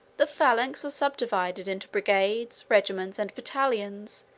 the phalanx was subdivided into brigades, regiments, and battalions,